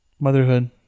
Motherhood